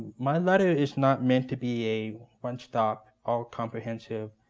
my letter is not meant to be a one-stop, all comprehensive,